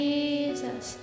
Jesus